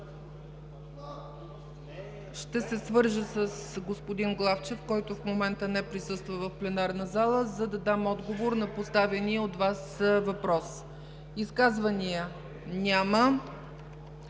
ще се свържа с господин Главчев, който в момента не присъства в пленарна зала, за да дам отговор на поставения от Вас въпрос. Изказвания? Няма.